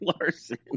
Larson